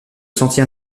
sentier